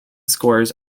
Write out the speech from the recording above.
scores